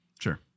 Sure